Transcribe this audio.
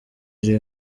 iri